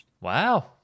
Wow